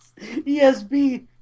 ESB